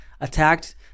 attacked